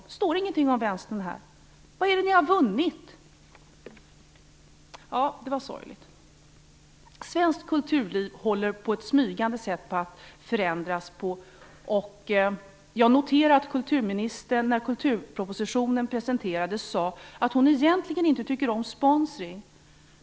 Det står ingenting om Vänstern här. Vad är det som ni har vunnit? Det var sorgligt. Svenskt kulturliv håller på att förändras på ett smygande sätt. Jag noterar att kulturministern när kulturpropositionen presenterades sade att hon egentligen inte tycker om sponsring.